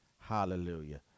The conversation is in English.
Hallelujah